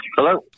Hello